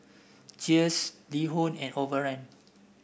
Cheers LiHo and Overrun